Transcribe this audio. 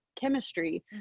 chemistry